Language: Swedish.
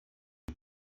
det